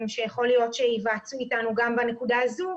שיכול להיות שייוועצו איתנו גם בנקודה הזו,